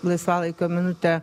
laisvalaikio minutę